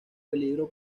peligro